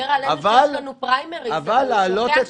אבל להעלות את